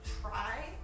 try